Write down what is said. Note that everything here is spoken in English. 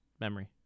memory